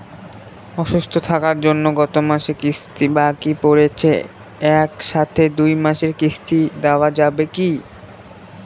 অসুস্থ থাকার জন্য গত মাসের কিস্তি বাকি পরেছে এক সাথে দুই মাসের কিস্তি দেওয়া যাবে কি?